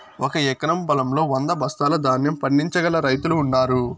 ఒక ఎకరం పొలంలో వంద బస్తాల ధాన్యం పండించగల రైతులు ఉన్నారు